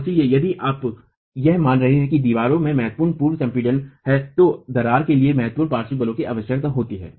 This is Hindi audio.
और इसलिए यदि आप यह मान रहे हैं कि दीवार में महत्वपूर्ण पूर्व संपीड़न है तो दरार के लिए महत्वपूर्ण पार्श्व बलों की आवश्यकता होती है